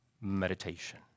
meditation